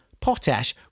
potash